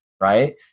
right